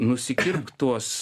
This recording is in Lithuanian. nusikirpk tuos